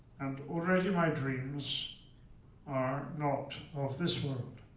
and already, my dreams are not of this world.